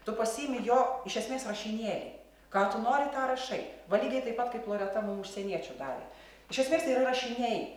tu pasiimi jo iš esmės rašinėlį ką tu nori tą rašai va lygiai taip pat kaip loreta mum užsieniečių davė iš esmės tai yra rašiniai